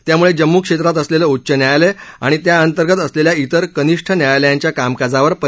त्याम्ळे जम्म् क्षेत्रात असलेलं उच्च न्यायालय आणि त्याअंतर्गत असलेल्या इतर कनिष्ठ न्यायालयांच्या कामकाजावर परिणाम झाला आहे